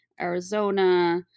Arizona